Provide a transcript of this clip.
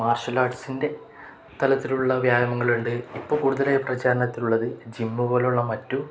martial ആര്ട്സിൻ്റെ തലത്തിലുള്ള വ്യായാമങ്ങളുണ്ട് ഇപ്പോള് കൂടുതലായി പ്രചാരത്തിലുള്ളത് ജിം പോലുള്ള മറ്റു